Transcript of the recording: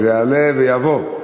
זה יעלה ויבוא,